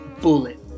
Bullet